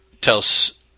tells